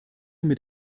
mit